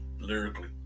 Lyrically